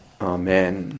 Amen